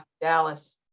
Dallas